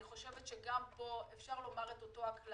אני חושבת שגם פה אפשר לומר את אותו הכלל,